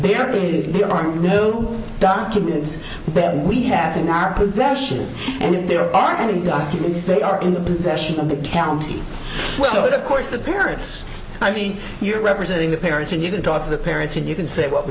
going there are no documents then we have in our possession and if there are and documents they are in the possession of the county well of course the parents i mean you're representing the parents and you can talk to the parents and you can say what